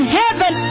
heaven